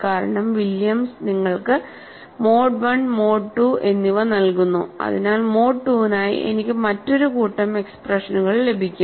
കാരണം വില്യംസ് നിങ്ങൾക്ക് mode I mode II എന്നിവ നൽകുന്നു അതിനാൽ മോഡ് II നായി എനിക്ക് മറ്റൊരു കൂട്ടം എക്സ്പ്രഷനുകൾ ലഭിക്കും